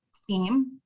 scheme